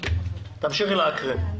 תמשיכי להקריא.